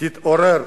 תתעורר.